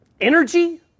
energy